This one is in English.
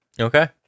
Okay